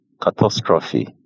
catastrophe